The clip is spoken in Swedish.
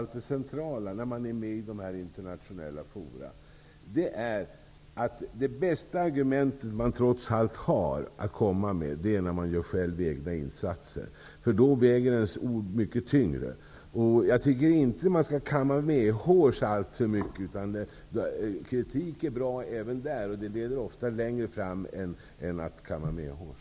Det centrala är, när man deltar i internationella fora, att göra egna insatser. Det är trots allt det bästa argumentet, därför att då väger ens ord mycket tyngre. Man skall inte kamma medhårs alltför mycket. Kritik är bra -- även i de sammanhangen -- och leder ofta längre än om man kammar medhårs.